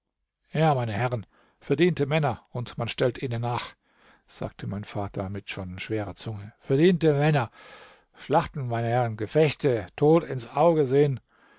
ja meine herren verdiente männer und man stellt ihnen nach sagte mein vater mit schon schwerer zunge verdiente männer schlachten meine herren gefechte tod ins auge gesehen